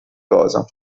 cosa